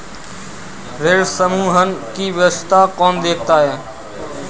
ऋण समूहन की व्यवस्था कौन देखता है?